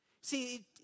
See